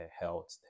health